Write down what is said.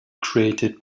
created